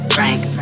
Frank